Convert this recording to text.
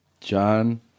John